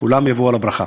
כולם יבואו על הברכה.